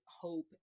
hope